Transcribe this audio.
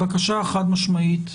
הבקשה החד משמעית,